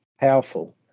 powerful